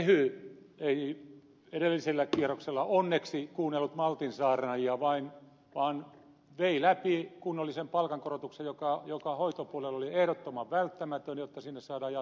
tehy ei edellisellä kierroksella onneksi kuunnellut maltin saarnaajia vaan vei läpi kunnollisen palkankorotuksen joka hoitopuolelle oli ehdottoman välttämätön jotta sinne saadaan jatkossa työvoimaa